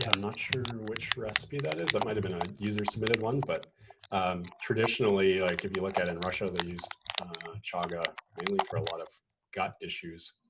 ah um not sure which recipe that is. that might've been a user submitted one, but um traditionally like if you look at it in russia, they used chaga mainly for a lot of gut issues.